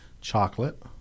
Chocolate